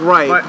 Right